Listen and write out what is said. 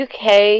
UK